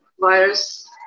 virus